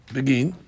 Begin